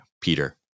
Peter